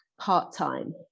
part-time